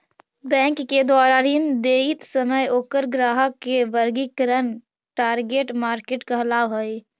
bank के द्वारा ऋण देइत समय ओकर ग्राहक के वर्गीकरण टारगेट मार्केट कहलावऽ हइ